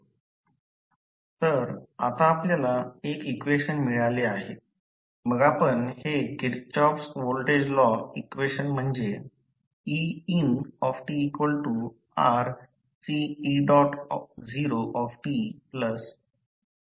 तर आता आपल्याला 1 इक्वेशन मिळाले आहे मग आपण हे किर्चंऑफ्स व्होल्टेज लॉ इक्वेशन म्हणजे eintRCe0te0 मध्ये ठेवले